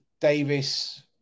Davis